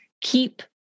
keep